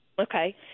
Okay